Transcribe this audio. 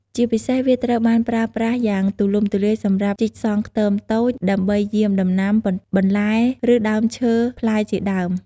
ជាពិសេសវាត្រូវបានប្រើយ៉ាងទូលំទូលាយសម្រាប់ជីកសងខ្ខ្ទមតូច ដើម្បីយាមដំណាំ បន្លែ ឬដើមឈើផ្លែជាដើម។